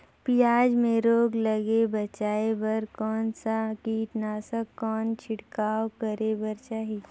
पियाज मे रोग ले बचाय बार कौन सा कीटनाशक कौन छिड़काव करे बर चाही?